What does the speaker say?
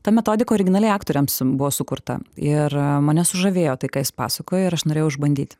ta metodika originaliai aktoriams buvo sukurta ir mane sužavėjo tai ką jis pasakojo ir aš norėjau išbandyt